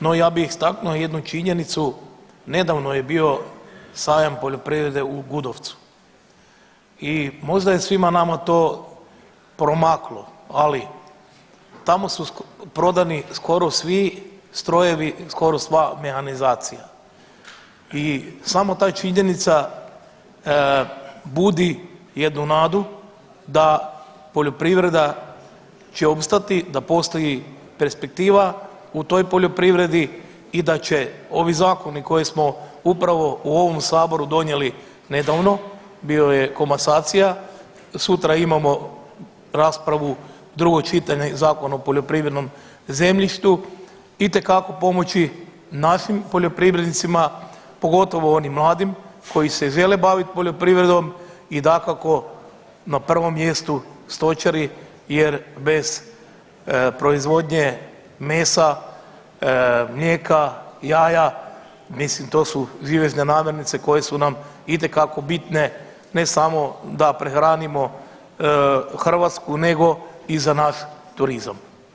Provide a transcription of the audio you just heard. No ja bih istaknuo jednu činjenicu, nedavno je bio Sajam poljoprivrede u Gudovcu i možda je svima nama to promaklo, ali tamo su prodani skoro svi strojevi i skoro sva mehanizacija i samo ta činjenica budi jednu nadu da poljoprivreda će opstati, da postoji perspektiva u toj poljoprivredi i da će ovi zakoni koje smo upravo u ovom saboru donijeli nedavno, bio je komasacija, sutra imamo raspravu drugo čitanje Zakon o poljoprivrednom zemljištu itekako pomoći našim poljoprivrednicima pogotovo onim mladim koji se žele bavit poljoprivredom i dakako na prvom mjestu stočari jer bez proizvodnje mesa, mlijeka, jaja, mislim to su živežne namirnice koje su nam itekako bitne ne samo da prehranimo Hrvatsku nego i za naš turizam.